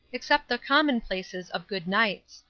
except the commonplaces of good-nights.